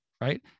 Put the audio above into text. right